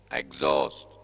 exhaust